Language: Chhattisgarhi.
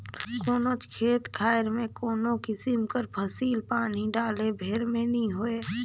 कोनोच खेत खाएर में कोनो किसिम कर फसिल पानी डाले भेर में नी होए